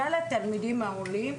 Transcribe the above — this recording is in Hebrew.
כלל התלמידים העולים,